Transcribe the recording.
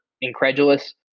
incredulous